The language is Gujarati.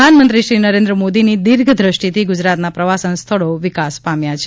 પ્રધાનમંત્રી શ્રી નરેન્વ મોદીની દીર્ઘદ્રષ્ટિથી ગુજરાતના પ્રવાસન સ્થળો વિકાસ પામ્યા છે